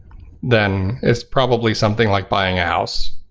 then it's probably something like buying a house.